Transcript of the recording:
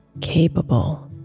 capable